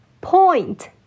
Point